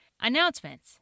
Announcements